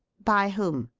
by whom?